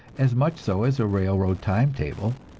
as much so as a railroad time-table.